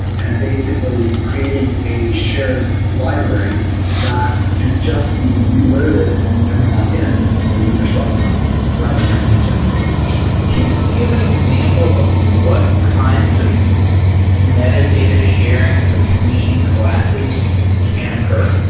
and basically creating a shared library that can just be reloaded and memory mapped in you know when you're starting up rather than having to generate it each time can you give an example of what kinds of metadata sharing between classes can occur?